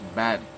bad